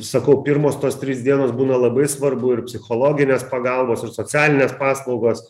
sakau pirmos tos trys dienos būna labai svarbu ir psichologinės pagalbos ir socialinės paslaugos